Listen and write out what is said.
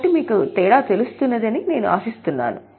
కాబట్టి మీకు తేడా తెలుస్తున్నది అని నేను ఆశిస్తున్నాను